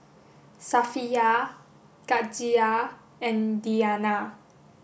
Safiya Khatijah and Diyana